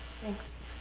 Thanks